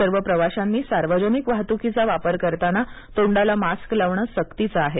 सर्व प्रवाशांनी सार्वजनिक वाहतुकीचा वापर करताना तोंडाला मास्क लावणे सक्तीचे आहे